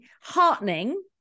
heartening